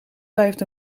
blijft